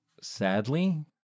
sadly